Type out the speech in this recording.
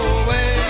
away